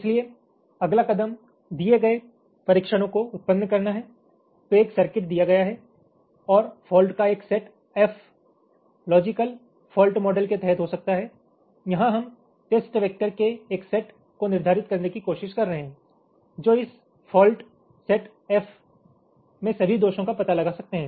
इसलिए अगला कदम दिए गए परीक्षणों को उत्पन्न करना है तो एक सर्किट दिया गया है और फॉल्ट का एक set F logical fault model के तहत हो सकता है यहां हम टेस्ट वैक्टर के एक सेट को निर्धारित करने की कोशिश कर रहे हैं जो इस फॉल्ट सेट एफ में सभी दोषों का पता लगा सकते हैं